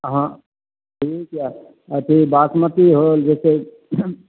हँ ठीक अय अथी बासमती होल जैसे